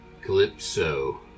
Calypso